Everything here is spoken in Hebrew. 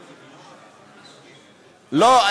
לא,